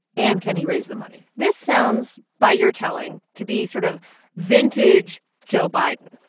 and can he raise the money? this sounds, by your telling, to be sort of vintage joe biden,